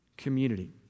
community